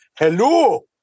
hello